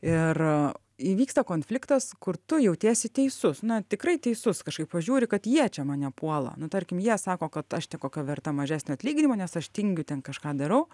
ir įvyksta konfliktas kur tu jautiesi teisus na tikrai teisus kažkaip pažiūri kad jie čia mane puola nu tarkim jie sako kad aš tik kokio verta mažesnį atlyginimo nes aš tingiu ten kažką darau